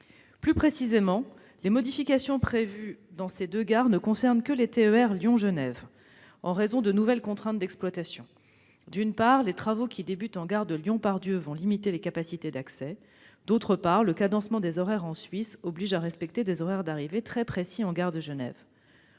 Plus précisément, les modifications prévues dans ces deux gares ne concernent que les TER Lyon-Genève, en raison de nouvelles contraintes d'exploitation : d'une part, les travaux qui débutent en gare de Lyon-Part-Dieu vont limiter les capacités d'accès ; d'autre part, le cadencement des horaires en Suisse oblige à respecter des horaires d'arrivée très précis en gare de Genève.